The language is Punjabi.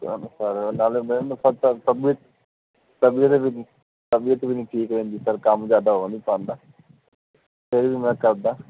ਚੱਲੋ ਸਰ ਨਾਲੇ ਮੈਨੂੰ ਪਤਾ ਤਬੀਅਤ ਤਬੀਅਤ ਵੀ ਨਹੀਂ ਤਬੀਅਤ ਵੀ ਨਹੀਂ ਠੀਕ ਰਹਿੰਦੀ ਸਰ ਕੰਮ ਜ਼ਿਆਦਾ ਹੋ ਨਹੀਂ ਪਾਉਂਦਾ ਫਿਰ ਵੀ ਮੈਂ ਕਰਦਾ